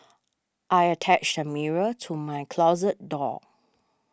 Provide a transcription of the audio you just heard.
I attached a mirror to my closet door